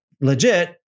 legit